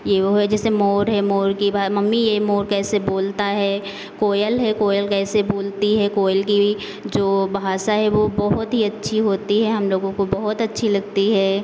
ये वो है जैसे मोर है मोर के मम्मी ये मोर कैसे बोलता है कोयल है कोयल कैसे बोलती है कोयल की भी जो भाषा है वो बहुत ही अच्छी होती है हम लोगों को बहुत अच्छी लगती है